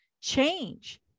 change